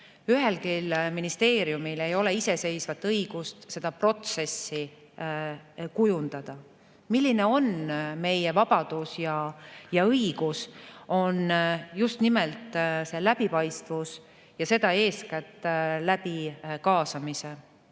Ühelgi ministeeriumil ei ole iseseisvat õigust seda protsessi kujundada. Milline on meie vabadus ja õigus, on just nimelt läbipaistvus, eeskätt kaasamise